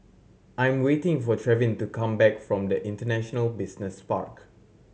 I'm waiting for Trevin to come back from the International Business Park